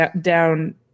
down